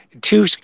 two